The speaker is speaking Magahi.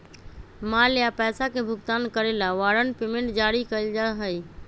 माल या पैसा के भुगतान करे ला वारंट पेमेंट जारी कइल जा हई